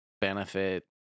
Benefit